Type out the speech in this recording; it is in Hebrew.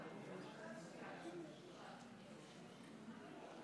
ההצבעה: 53